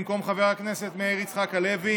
במקום חבר הכנסת מאיר יצחק הלוי